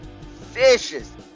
vicious